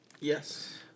Yes